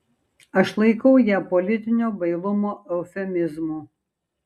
aš laikau ją politinio bailumo eufemizmu